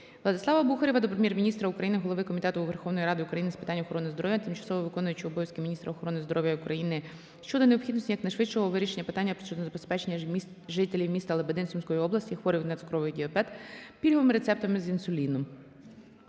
Владислава Бухарєва до Прем'єр-міністра України, голови Комітету Верховної Ради України з питань охорони здоров'я, тимчасово виконуючої обов'язки міністра охорони здоров'я України щодо необхідності якнайшвидшого вирішення питання про забезпечення жителів міста Лебедин Сумської області, хворих на цукровий діабет, пільговими рецептами з інсуліну.